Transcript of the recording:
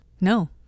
No